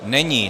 Není.